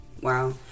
Wow